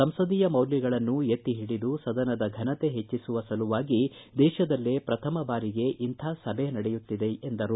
ಸಂಸದೀಯ ಮೌಲ್ಯಗಳನ್ನು ಎತ್ತಿ ಹಿಡಿದು ಸದನದ ಫನತೆ ಹೆಟ್ಟಿಸುವ ಸಲುವಾಗಿ ದೇಶದಲ್ಲೇ ಪ್ರಪ್ರಥಮ ಬಾರಿಗೆ ಇಂಥ ಸಭೆ ನಡೆಯುತ್ತಿದೆ ಎಂದರು